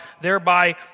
thereby